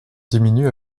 diminue